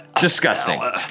Disgusting